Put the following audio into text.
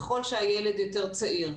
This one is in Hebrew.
ככל שהילד יותר צעיר.